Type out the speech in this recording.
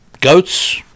Goats